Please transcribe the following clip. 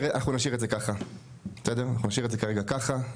אנחנו נשאיר את זה כרגע ככה,